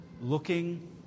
looking